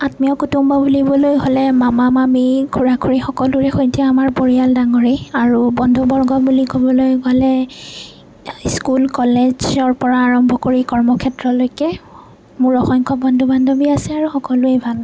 আত্মীয় কুটুম বুলিবলৈ হ'লে মামা মামী খুড়া খুৰী সকলোৰে সৈতে আমাৰ পৰিয়াল ডাঙৰেই আৰু বন্ধুবৰ্গ বুলি ক'বলৈ গ'লে স্কুল কলেজৰ পৰা আৰম্ভ কৰি কৰ্ম ক্ষেত্ৰলৈকে মোৰ অসংখ্য বন্ধু বান্ধৱী আছে আৰু সকলোৱে ভাল